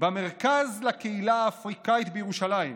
במרכז לקהילה האפריקאית בירושלים.